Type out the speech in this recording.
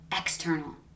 external